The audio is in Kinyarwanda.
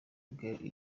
gary